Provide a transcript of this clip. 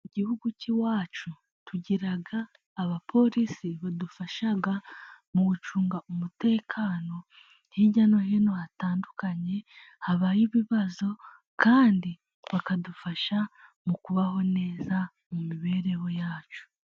Mu gihugu cy'iwacu, tugira abaporisi badufasha mu gucunga umutekano hirya no hino hatandukanye habaye ibibazo, kandi bakadufasha mu kubaho neza mu mibereho yacu.